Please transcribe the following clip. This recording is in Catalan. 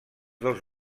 dos